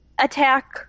attack